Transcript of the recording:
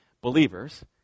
believers